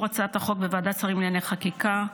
הצעת החוק בוועדת השרים לענייני חקיקה,